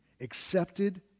accepted